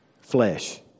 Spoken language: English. flesh